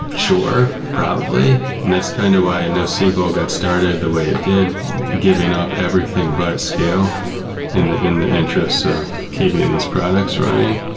sure. probably. that's kind of why nosql got started the way it did giving up everything but scale in the in the interest of keeping these products running.